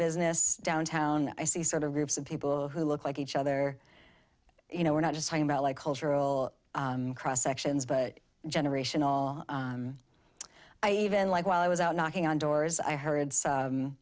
business downtown i see sort of groups of people who look like each other you know we're not just talking about like cultural cross sections but generation all i even like while i was out knocking on doors i heard so